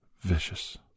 vicious